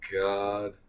god